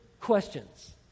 questions